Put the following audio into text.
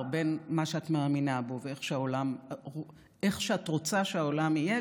בין מה שאת מאמינה בו ואיך שאת רוצה שהעולם יהיה,